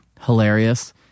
hilarious